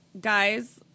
guys